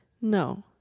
No